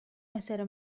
essere